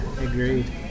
agreed